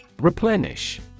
Replenish